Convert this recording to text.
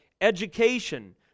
education